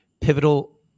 pivotal